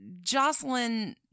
Jocelyn